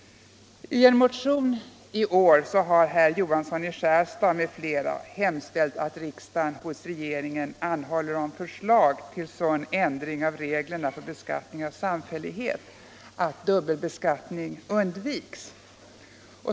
I en motion i år har herr Johansson i Skärstad m.fl. hemställt att riksdagen hos regeringen anhåller om förslag till sådan ändring av reglerna för beskattning av samfällighet att dubbelbeskattning undviks.